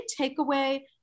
takeaway